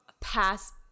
Pass